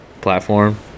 platform